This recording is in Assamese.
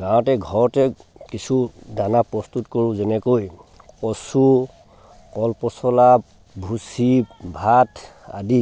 গাঁৱতে ঘৰতে কিছু দানা প্ৰস্তুত কৰোঁ যেনেকৈ কচু কল পচলা ভুচি ভাত আদি